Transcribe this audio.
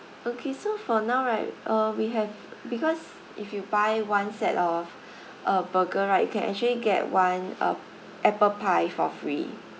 okay so for now right uh we have because if you buy one set of a burger right you can actually get one uh apple pie for free